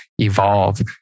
evolve